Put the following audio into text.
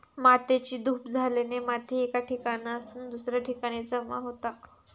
मातेची धूप झाल्याने माती एका ठिकाणासून दुसऱ्या ठिकाणी जमा होता